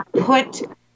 put